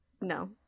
no